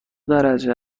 درجه